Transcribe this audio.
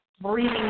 Breathing